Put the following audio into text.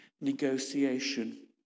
negotiation